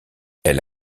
elle